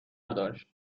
داشت